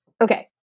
okay